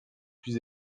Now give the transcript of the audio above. plus